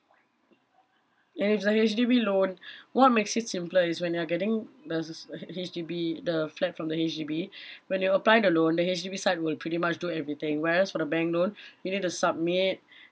and if it's a H_D_B loan what makes it simpler is when you are getting the s~ H~ H_D_B the flat from the H_D_B when you apply the loan the H_D_B side will pretty much do everything whereas for the bank loan you need to submit